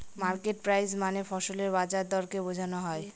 market price মানে ফসলের বাজার দরকে বোঝনো হয়